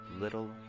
little